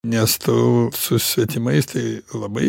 nes tu su svetimais tai labai